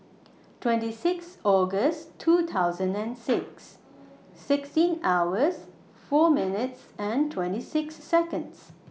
twenty six August two thousand and six sixteen hours four minutes and twenty six Seconds